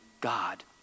God